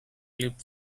clip